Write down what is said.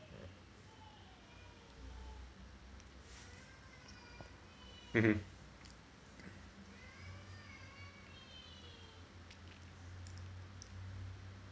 mmhmm